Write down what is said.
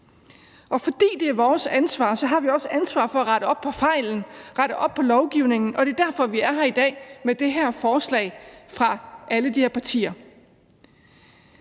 Og fordi det er vores ansvar, har vi også ansvaret for at rette op på fejlen, at rette op på lovgivningen, og det er derfor, vi er her i dag med det her forslag fra alle de her partier.